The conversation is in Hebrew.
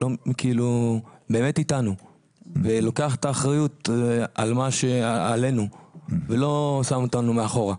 כאילו באמת איתנו ולוקח את האחריות עלינו ולא שם אותנו מאחורה.